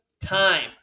time